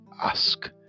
ask